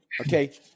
okay